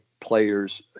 players